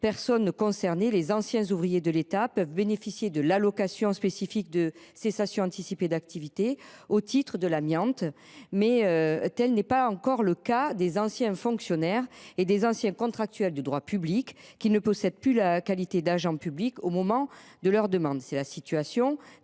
personnes concernées. Les anciens ouvriers de l’État peuvent bénéficier de l’allocation spécifique de cessation anticipée d’activité au titre de l’amiante. Mais tel n’est pas encore le cas des anciens fonctionnaires et des anciens contractuels de droit public qui ne possèdent plus la qualité d’agent public au moment de leur demande. C’est la situation